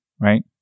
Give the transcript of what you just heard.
Right